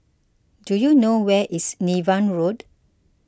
do you know where is Niven Road